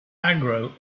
agro